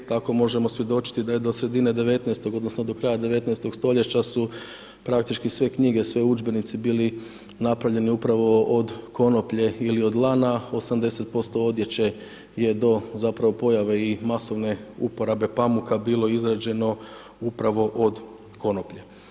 Tako možemo svjedočiti da je do sredine 19.-og odnosno do kraja 19.-og stoljeća su praktički sve knjige, svi udžbenici bili napravljeni upravo od konoplje ili od lana, 80% odjeće je do zapravo pojave i masovne uporabe pamuka bilo izrađeno upravo od konoplje.